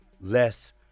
Less